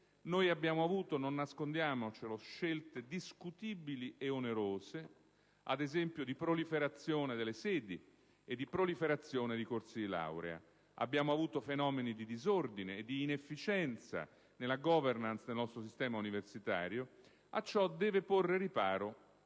Noi abbiamo avuto, non nascondiamocelo, scelte discutibili e onerose, ad esempio di proliferazione delle sedi e di proliferazione dei corsi di laurea. Abbiamo avuto fenomeni di disordine e di inefficienza nella *governance* del nostro sistema universitario. A ciò deve porre riparo